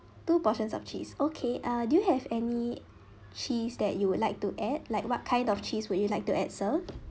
two portions of cheese okay uh do you have any cheese that you would like to add like what kind of cheese would you like to add sir